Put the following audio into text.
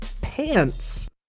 pants